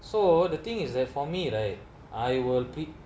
so the thing is that for me right I will pick